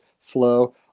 flow